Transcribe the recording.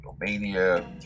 romania